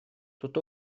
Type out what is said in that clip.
тут